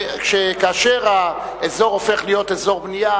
שכאשר האזור הופך להיות אזור בנייה,